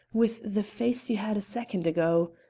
with the face you had a second ago.